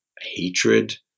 hatred